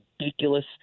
ridiculous